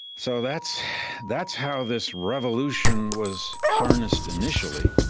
so that's that's how this revolution was harnessed initially.